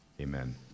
Amen